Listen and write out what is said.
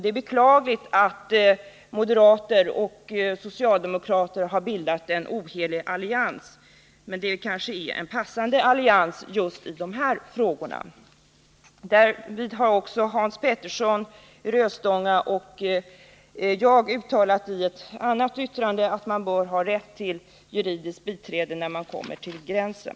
Det är beklagligt att moderater och socialdemokrater har bildat en ohelig allians, men det är kanske en passande allians för s och m i just dessa frågor. I justitieutskottets yttrande, avvikande meningar, punkten 2. har Hans Petersson i Röstånga och jag uttalat att man bör ha rätt till juridiskt biträde när man kommer till gränsen.